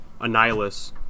Annihilus